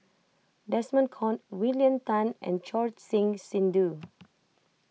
Desmond Kon William Tan and Choor Singh Sidhu